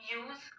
use